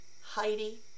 Heidi